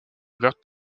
ouverte